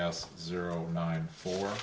ask zero nine four